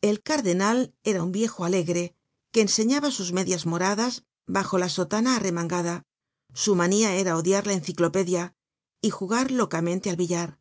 el cardenal era un viejo alegre que enseñaba sus medias moradas bajo la sotana arremangada su manía era odiar la enciclopedia y jugar locamente al billar